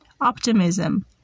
Optimism